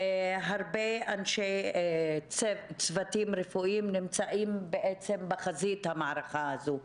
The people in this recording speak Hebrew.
הרבה צוותים רפואיים נמצאים בחזית המערכה הזאת,